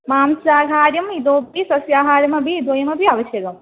मांसाहारः इतोपि सस्याहारोपि द्वयमपि आवश्यकम्